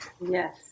Yes